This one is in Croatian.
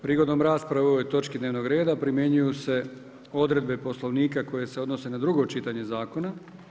Prigodom rasprave o ovoj točki dnevnog reda primjenjuju se odredbe Poslovnika koje se odnose na drugo čitanje zakona.